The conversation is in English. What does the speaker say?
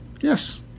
Yes